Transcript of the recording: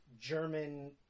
German